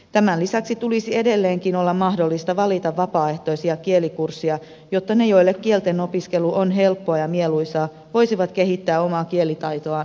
tämän lisäksi tulisi edelleenkin olla mahdollista valita vapaaehtoisia kielikursseja jotta ne joille kieltenopiskelu on helppoa ja mieluisaa voisivat kehittää omaa kielitaitoaan haluamallaan tavalla